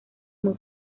muy